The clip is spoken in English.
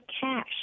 cash